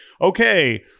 okay